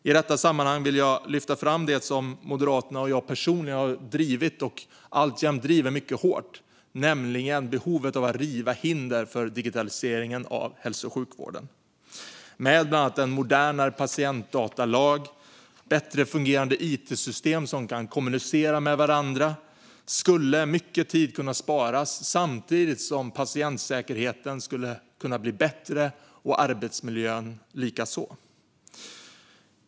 I detta sammanhang vill jag också lyfta fram det som Moderaterna och jag personligen har drivit och driver mycket hårt, nämligen behovet av att riva hinder för digitaliseringen av hälso och sjukvården. Med bland annat en modernare patientdatalag och bättre fungerande it-system som kan kommunicera med varandra skulle mycket tid kunnat sparas samtidigt som patientsäkerheten och arbetsmiljön skulle kunna bli bättre.